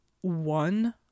one